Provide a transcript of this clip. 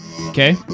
Okay